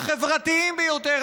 החברתיים ביותר,